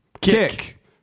Kick